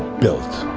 built.